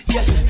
Yes